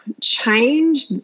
change